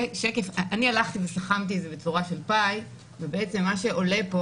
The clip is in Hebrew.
הלכתי וסכמתי בצורה של פאי ובעצם מה שעולה פה